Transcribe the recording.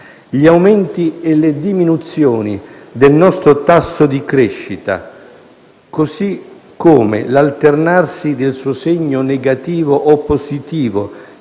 Gli aumenti e le diminuzioni del nostro tasso di crescita, così come l'alternarsi del suo segno negativo o positivo,